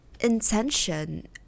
intention